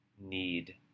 need